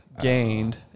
gained